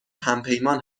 همپیمان